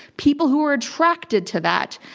people who are attracted to that.